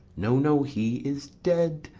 no, no, he is dead,